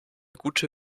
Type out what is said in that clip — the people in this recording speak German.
gute